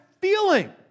feeling